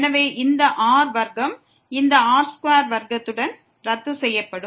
எனவே இந்த r வர்க்கம் இந்த r2 வர்க்கத்துடன் ரத்து செய்யப்படும்